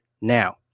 Now